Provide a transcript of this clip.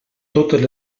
totes